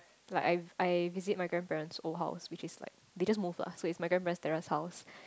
like I I visit my grandparents' old house which is like we just move lah so it's my grandparent's terrace house